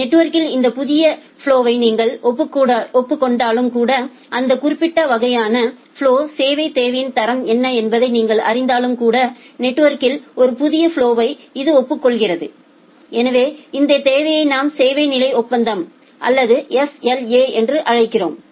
நெட்வொர்கிள் இந்த புதிய ப்லொவை நீங்கள் ஒப்புக்கொண்டாலும் கூட அந்த குறிப்பிட்ட வகையான ப்லொவிற்கான சேவைத் தேவையின் தரம் என்ன என்பதை நீங்கள் அறிந்திருந்தாலும் கூட நெட்வொர்கிள் ஒரு புதிய ப்லொவை இது ஒப்புக்கொள்கிறது எனவே இந்தத் தேவையை நாம் சேவை நிலை ஒப்பந்தம் அல்லது SLA என்று அழைக்கிறோம்